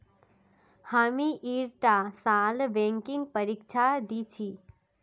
हामी ईटा साल बैंकेर परीक्षा दी छि